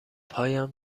پایم